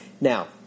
Now